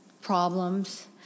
problems